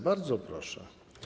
Bardzo proszę.